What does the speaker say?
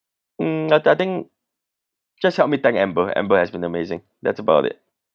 mm I I think just help me thank amber amber has been amazing that's about it